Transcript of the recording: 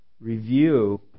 review